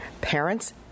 Parents